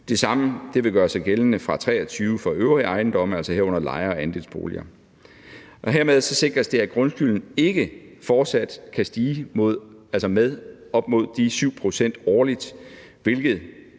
Det samme vil gøre sig gældende fra 2023 for øvrige ejendomme, herunder leje- og andelsboliger. Herved sikres det, at grundskylden ikke fortsat kan stige med op mod de 7 pct. årligt, hvilket